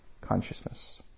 consciousness